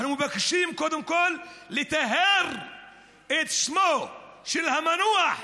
אנחנו מבקשים קודם כול לטהר את שמו של המנוח,